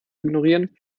ignorieren